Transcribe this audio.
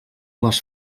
les